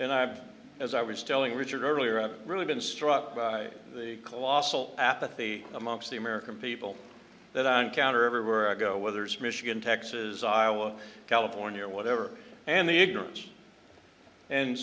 and i've as i was telling richard earlier really been struck by the colossal apathy amongst the american people that on counter everywhere i go whether it's michigan texas iowa california or whatever and the ignorance and